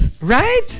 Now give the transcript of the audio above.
Right